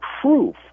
proof